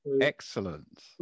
excellent